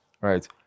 right